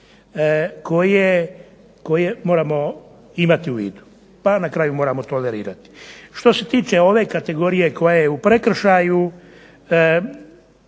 koje moramo imati u vidu, pa na kraju moramo tolerirati. Što se tiče ove kategorije koja je u prekršaju